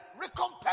recompense